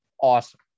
awesome